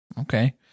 Okay